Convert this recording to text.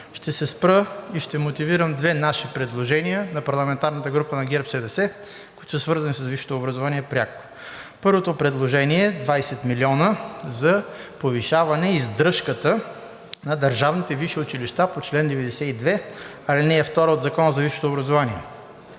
Ще се спра и ще мотивирам две наши предложения – на парламентарната група на ГЕРБ-СДС, които пряко са свързани с висшето образование. Първото предложение е 20 милиона за повишаване издръжката на държавните висши училища по чл. 92, ал. 2 от Закона за висшето образование.